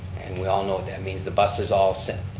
and we all know what that means. the buses all so and